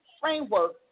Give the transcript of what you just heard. framework